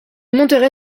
monterai